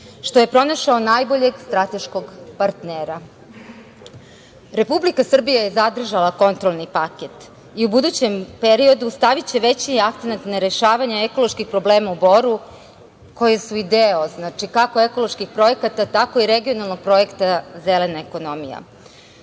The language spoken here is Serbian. što je pronašao najboljeg strateškog partnera. Republika Srbija je zadržala kontrolni paket i u budućem periodu staviće veći akcenat na rešavanje ekoloških problema u Boru, koji su deo kako ekoloških projekata, tako i regionalnog projekta „Zelena ekonomija“.